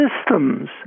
systems